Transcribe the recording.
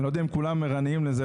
אני לא יודע אם כולם ערניים לזה,